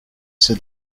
sit